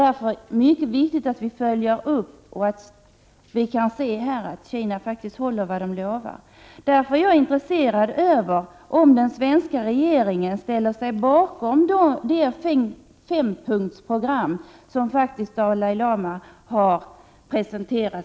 Därför är det mycket viktigt att vi följer upp land detta för att se om man från kinesisk sida håller vad man lovar. Jag är intresserad av att få veta om den svenska regeringen ställer sig bakom det fredsprogram i fem punkter som Dalai Lama har presenterat.